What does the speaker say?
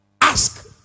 ask